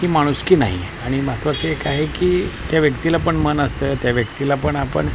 ही माणुसकी नाही आहे आणि महत्वाचं एक आहे की त्या व्यक्तीला पण मन असतं त्या व्यक्तीला पण आपण